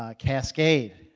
ah cascade.